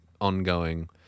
ongoing